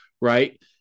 right